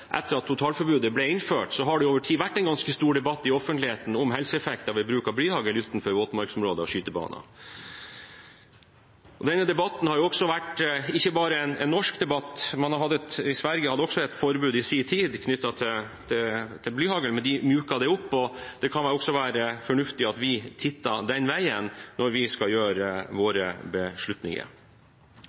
offentligheten om helseeffekter ved bruk av blyhagl utenfor våtmarksområder og skytebaner. Denne debatten har vært ikke bare en norsk debatt. Sverige hadde også et forbud i sin tid knyttet til blyhagl, men de myket det opp, og det kan være fornuftig at vi titter den veien når vi skal gjøre våre beslutninger.